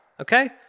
Okay